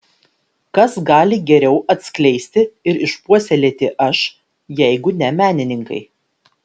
kas gali geriau atskleisti ir išpuoselėti aš jeigu ne menininkai